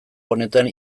honetan